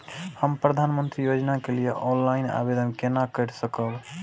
हम प्रधानमंत्री योजना के लिए ऑनलाइन आवेदन केना कर सकब?